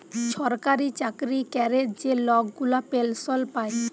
ছরকারি চাকরি ক্যরে যে লক গুলা পেলসল পায়